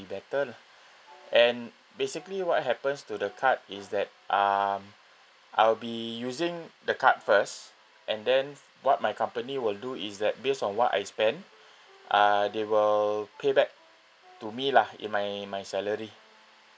better lah and basically what happens to the card is that um I'll be using the card first and then what my company will do is that based on what I spent uh they will pay back to me lah in my my salary